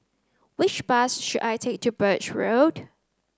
which bus should I take to Birch Road